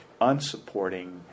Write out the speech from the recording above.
unsupporting